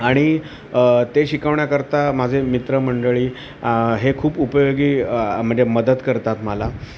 आणि ते शिकवण्याकरता माझे मित्रमंडळी हे खूप उपयोगी म्हणजे मदत करतात मला